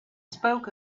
spoke